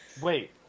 Wait